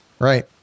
Right